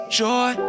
joy